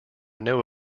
know